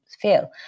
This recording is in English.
feel